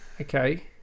okay